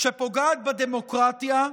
שפוגעת בדמוקרטיה,